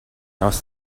aus